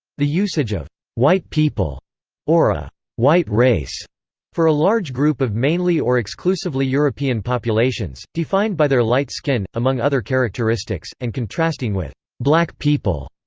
the usage of white people or a white race for a large group of mainly or exclusively european populations, defined by their light skin, among other characteristics, and contrasting with black people,